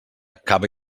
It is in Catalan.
cava